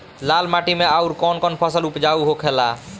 लाल माटी मे आउर कौन कौन फसल उपजाऊ होखे ला?